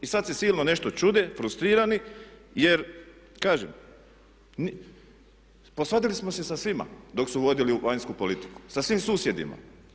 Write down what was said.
I sad se silno nešto čude, frustrirani jer kažem posvadili smo se sa svima dok su vodili vanjsku politiku, sa svim susjedima.